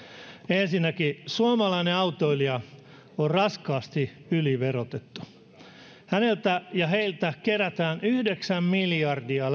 ensinnäkin suomalaiset autoilijat ovat raskaasti yliverotettuja heiltä kerätään vuosittain lähes yhdeksän miljardia